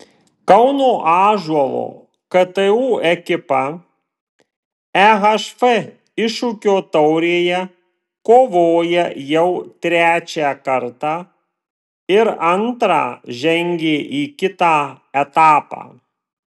kauno ąžuolo ktu ekipa ehf iššūkio taurėje kovoja jau trečią kartą ir antrą žengė į kitą etapą